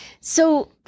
So-